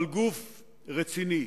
אבל גוף רציני,